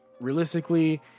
realistically